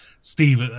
Steve